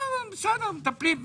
בסדר, מטפלים.